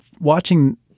watching